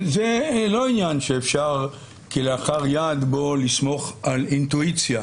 זה לא עניין שאפשר בו כלאחר יד לסמוך על אינטואיציה